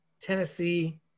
Tennessee